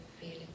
feeling